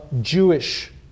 Jewish